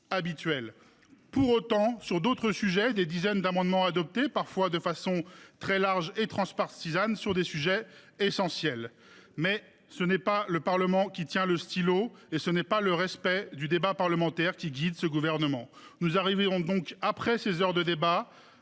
Cependant, sur d’autres sujets, des dizaines d’amendements ont été adoptées, parfois de façon très large et transpartisane, sur des points essentiels. Mais ce n’est pas le Parlement qui tient le stylo, et ce n’est pas le respect du débat parlementaire qui guide ce gouvernement. Nous sommes donc amenés, après ces heures de débats,